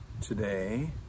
today